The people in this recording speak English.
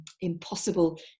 impossible